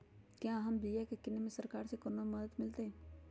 क्या हम बिया की किने में सरकार से कोनो मदद मिलतई?